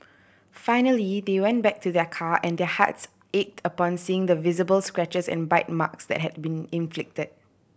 finally they went back to their car and their hearts ached upon seeing the visible scratches and bite marks that had been inflicted